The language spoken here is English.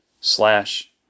slash